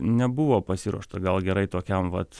nebuvo pasiruošta gal gerai tokiam vat